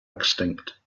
extinct